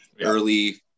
early